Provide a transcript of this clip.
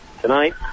tonight